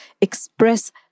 express